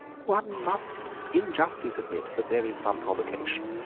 one must in justice admit that there is some provocation,